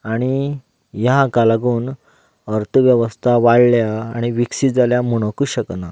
आनी ह्या हाका लागून अर्थवेवस्था वाडल्या आनी विकसीत जाल्या म्हणूंकच शकना